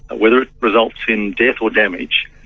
ah whether it results in death or damage,